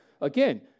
Again